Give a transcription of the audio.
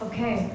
Okay